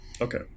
Okay